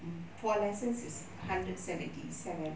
mm four lessons is hundred seventy seven